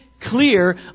clear